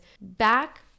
back